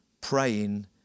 praying